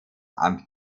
amt